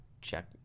check